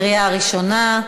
בקריאה ראשונה.